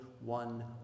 one